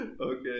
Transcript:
okay